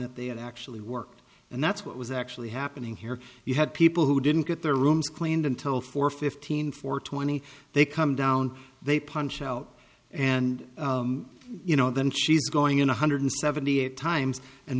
that they had actually worked and that's what was actually happening here you had people who didn't get their rooms cleaned until four fifteen four twenty they come down they punch out and you know then she's going in one hundred seventy eight times and